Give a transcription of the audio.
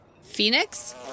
Phoenix